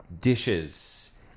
dishes